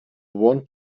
want